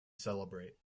celebrate